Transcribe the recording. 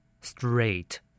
Straight